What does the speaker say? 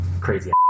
crazy